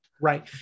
Right